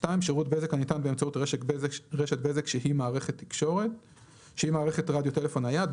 (2)שירות בזק הניתן באמצעות רשת בזק שהיא מערכת רדיו טלפון נייד,